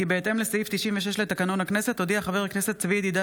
כי בהתאם לסעיף 96 לתקנון הכנסת הודיע חבר הכנסת צבי ידידיה